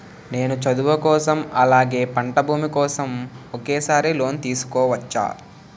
నేను చదువు కోసం అలాగే పంట భూమి కోసం ఒకేసారి లోన్ తీసుకోవచ్చా?